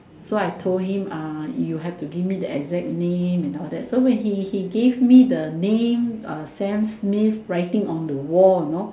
so I told him uh you have to give me the exact name and all that so when he he gave me the name a Sam-Smith writing on the wall you know